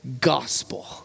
gospel